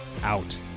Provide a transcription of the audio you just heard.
out